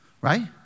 right